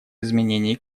изменении